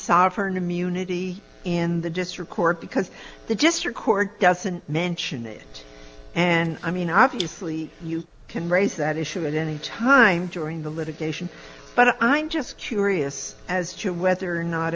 sovereign immunity and the district court because the just record doesn't mention it and i mean obviously you can raise that issue at any time during the litigation but i'm just curious as to whether or not